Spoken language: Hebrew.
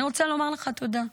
אני רוצה לומר לך תודה,